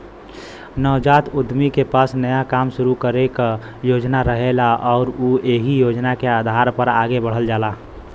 नवजात उद्यमी के पास नया काम शुरू करे क योजना रहेला आउर उ एहि योजना के आधार पर आगे बढ़ल जाला